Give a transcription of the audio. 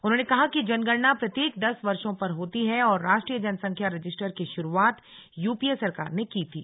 उन्होंने कहा कि जनगणना प्रत्येक दस वर्षो पर होती है और राष्ट्रीय जनसंख्या रजिस्टर की शुरूआत यूपीए सरकार ने की थी